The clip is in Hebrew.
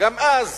גם אז